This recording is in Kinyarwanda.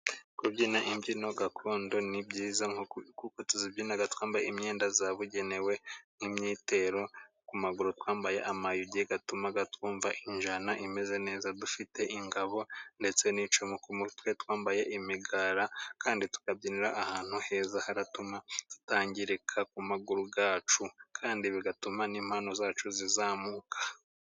Kubyina imbyino gakondo ni byiza kuko tuzibyina twambaye imyenda yabugenewe nk'imyitero, ku maguru twambaye amayugi atuma twumva injyana imeze neza, dufite ingabo ndetse n'icumu. Ku mutwe twambaye imigara kandi tukabyinira ahantu heza haratuma tutangirika ku maguru yacu, kandi bigatuma n'impano zacu zizamuka.